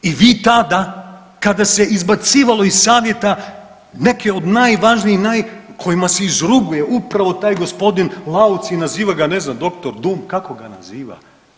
I vi tada kada se izbacivalo iz savjeta neke od najvažnijih kojima se izruguje upravo taj gospodin Lauc i naziva ga ne znam dr. Dum, kako ga naziva.